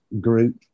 group